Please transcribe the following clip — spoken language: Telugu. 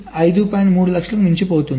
3 లక్షలకు మించిపోతుంది